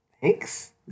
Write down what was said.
thanks